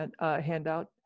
handout